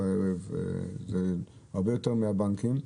הרבה יותר מהבנקים.